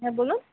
হ্যাঁ বলুন